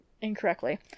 incorrectly